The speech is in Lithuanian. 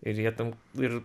ir jie tam ir